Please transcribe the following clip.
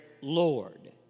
Lord